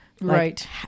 right